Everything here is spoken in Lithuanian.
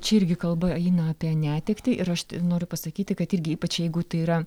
čia irgi kalba eina apie netektį ir aš ti noriu pasakyti kad irgi ypač jeigu tai yra